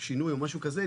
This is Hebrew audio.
שינוי או משהו כזה,